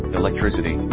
electricity